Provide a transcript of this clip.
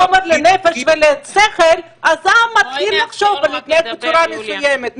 חומר לנפש ולשכל ואז העם מתחיל לחשוב ולהתנהג בצורה מסוימת.